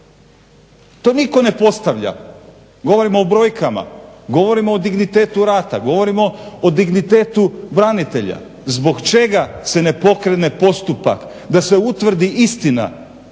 To nitko ne postavlja, govorimo o brojkama, govorimo o dignitetu rata, govorimo o dignitetu branitelja. Zbog čega se ne pokrene postupak da se utvrdi istina